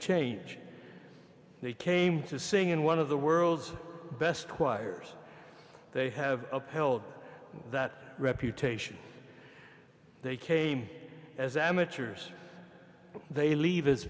change they came to sing in one of the world's best choirs they have upheld that reputation they came as amateurs but they leave